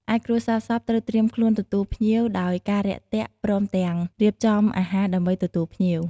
ឯគ្រួសារសពត្រូវត្រៀមខ្លួនទទួលភ្ញៀវដោយការរាក់ទាក់ព្រមទាំងរៀបចំអាហារដើម្បីទទួលភ្ញៀវ។